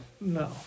No